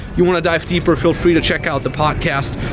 you want to dive deeper, feel free to check out the podcast.